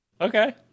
Okay